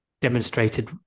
demonstrated